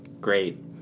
Great